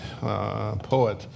poet